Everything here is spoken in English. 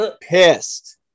pissed